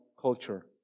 culture